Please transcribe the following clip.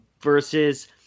versus